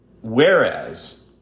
Whereas